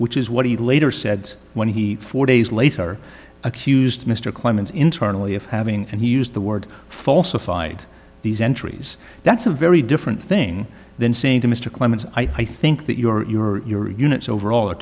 which is what he later said when he four days later accused mr clemens internally of having and he used the word falsified these entries that's a very different thing than saying to mr clemens i think that your units overall are